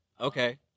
Okay